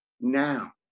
now